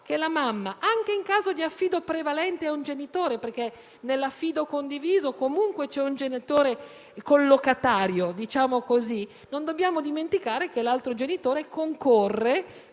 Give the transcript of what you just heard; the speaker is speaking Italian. e la mamma. Infatti, anche in caso di affido prevalente a un genitore (perché nell'affido condiviso comunque c'è un genitore collocatario), non dobbiamo dimenticare che l'altro genitore concorre